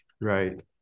right